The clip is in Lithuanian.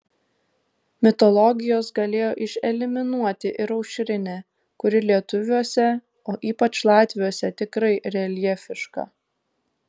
mitologijos galėjo išeliminuoti ir aušrinę kuri lietuviuose o ypač latviuose tikrai reljefiška